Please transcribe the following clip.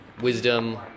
wisdom